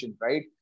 right